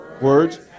words